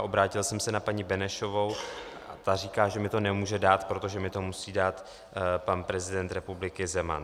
Obrátil jsem se na paní Benešovou, ta říká, že mi to nemůže dát, že mi to musí dát pan prezident republiky Zeman.